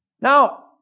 now